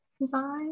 design